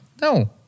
No